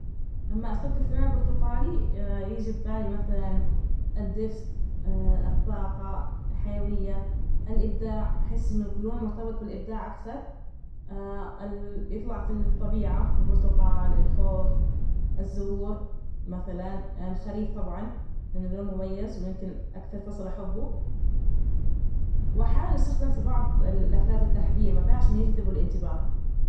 أما أفكر فى اللون البرتقالي يجي ببالي مثلا الدفء الطاقة، الحيوية، الإبداع، أحسه إنه كلون مرتبط بالإبداع أكثر، ال يطلع في الطبيعة البرتقال، الخوخ، الزهور، مثلا الخريف طبعا لأنه لون مميز ويمكن أكثر فصل أحبه. وأحيانا، استخدم في بعض ال- لافتات التحذير مثلا عشان يجذبوا الانتباه.